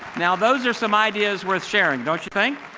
now, those are some ideas worth sharing, don't you think?